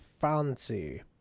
fancy